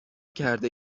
کرده